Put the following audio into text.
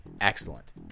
Excellent